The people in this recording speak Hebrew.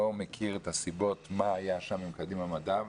אני לא מכיר את הסיבות ולא יודע מה היה שם עם קדימה מדע,